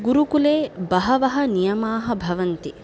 गुरुकुले बहवः नियमाः भवन्ति